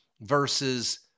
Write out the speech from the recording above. versus